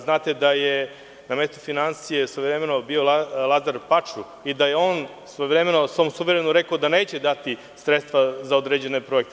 Znate da je ministar finansija svojevremeno bio Laza Paču i da je on svojevremeno svom suverenom rekao da neće dati sredstva za određene projekte.